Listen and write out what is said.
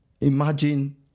imagine